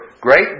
great